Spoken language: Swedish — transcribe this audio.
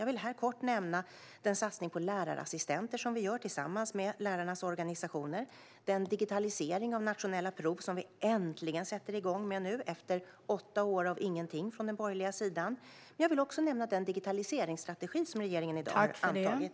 Jag vill här kort nämna den satsning på lärarassistenter som vi gör tillsammans med lärarnas organisationer och den digitalisering av nationella prov som vi äntligen sätter igång med nu efter åtta år av ingenting från den borgerliga sidan. Jag vill också nämna den digitaliseringsstrategi som regeringen i dag har antagit.